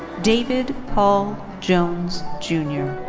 david paul jones junior.